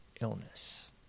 illness